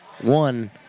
one